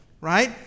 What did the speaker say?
right